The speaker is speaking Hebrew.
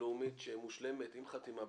בינלאומית שמושלמת עם חתימה,